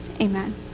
Amen